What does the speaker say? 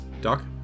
Doc